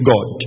God